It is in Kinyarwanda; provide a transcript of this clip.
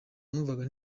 numvaga